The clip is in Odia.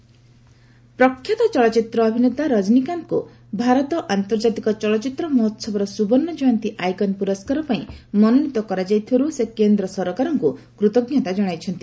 ରକନୀକାନ୍ତ ପ୍ରଖ୍ୟାତ ଚଳଚ୍ଚିତ୍ର ଅଭିନେତା ରଜନୀକାନ୍ତଙ୍କୁ ଭାରତ ଆନ୍ତର୍ଜାତିକ ଚଳଚ୍ଚିତ୍ର ମହୋହବର ସୁବର୍ଣ୍ଣ ଜୟନ୍ତୀ ଆଇକନ୍ ପୁରସ୍କାର ପାଇଁ ମନୋନୀତ କରାଯାଇଥିବାରୁ ସେ କେନ୍ଦ୍ର ସରକାରଙ୍କୁ କୃତଜ୍ଞତା ଜଣାଇଛନ୍ତି